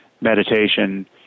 meditation